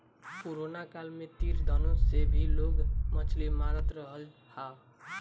corona काल में तीर धनुष से भी लोग मछली मारत रहल हा